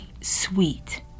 sweet